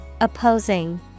Opposing